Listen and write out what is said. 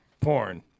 Porn